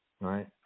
right